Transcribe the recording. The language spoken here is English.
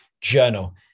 Journal